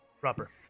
proper